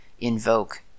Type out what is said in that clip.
invoke